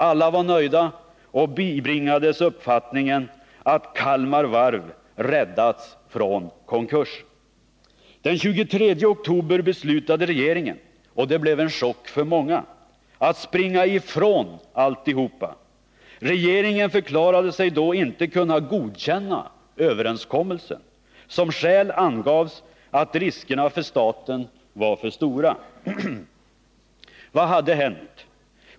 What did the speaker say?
Alla var nöjda och bibringades uppfattningen att Kalmar Varv räddats från konkurs. Den 23 oktober beslutade regeringen — och det blev en chock för många — att springa ifrån alltsammans. Regeringen förklarade sig då inte kunna godkänna överenskommelsen. Som skäl angavs att riskerna för staten var för stora.